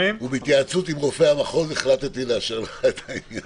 ובהתייעצות עם רופא המחוז החלטתי לאשר לך את העניין הזה.